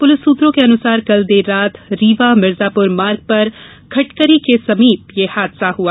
police सूत्रों के अनुसार कल देर रात रीवा मीर्जापुर मार्ग पर खटकरी के समीप यह हादसा हुआ